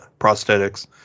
prosthetics